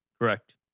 Correct